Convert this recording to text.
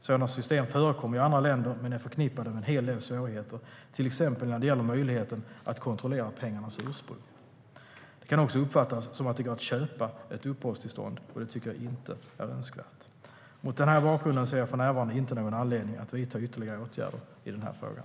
Sådana system förekommer i andra länder men är förknippade med en hel del svårigheter, till exempel när det gäller möjligheten att kontrollera pengarnas ursprung. Det kan också uppfattas som att det går att köpa ett uppehållstillstånd, och det tycker jag inte är önskvärt. Mot den här bakgrunden ser jag för närvarande inte någon anledning att vidta ytterligare åtgärder i frågan.